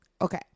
okay